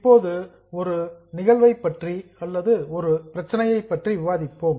இப்போது ஒரு case or problem நிகழ்வைப் பற்றி அல்லது ஒரு பிரச்சனையை பற்றி விவாதிப்போம்